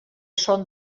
són